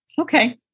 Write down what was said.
Okay